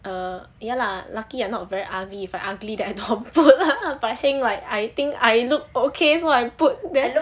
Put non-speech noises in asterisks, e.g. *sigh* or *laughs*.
err ya lah lucky I not very ugly if I ugly then I don't put *laughs* but heng like I think I look okay so I put there